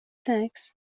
sex